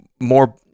more